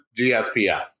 GSPF